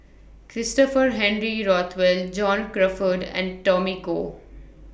Christopher Henry Rothwell John Crawfurd and Tommy Koh